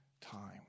time